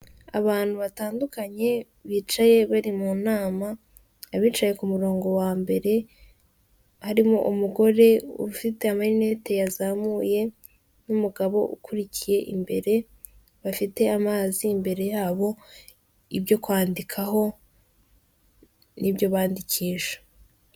Abantu batandukanye bicaye bari mu nama abicaye ku murongo wa mbere harimo umugore ufite amarinete yazamuye n'umugabo ukurikiye imbere bafite amazi imbere yabo, ibyo kwandikaho n'ibyo bandikisha.